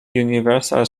universal